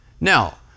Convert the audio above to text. Now